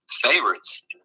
favorites